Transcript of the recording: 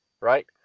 right